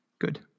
good